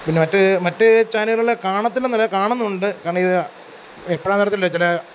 പിന്നെ മറ്റ് മറ്റു ചാനലുകളും കൂടി കാണത്തില്ലയെന്നല്ലാ കാണുന്നുണ്ട് കാരണം ഇത് എപ്പോഴാന്ന് അറിയത്തില്ലല്ലോ ചില